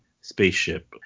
spaceship